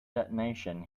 detonation